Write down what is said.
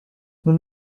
nous